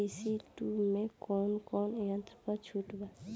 ई.सी टू मै कौने कौने यंत्र पर छुट बा?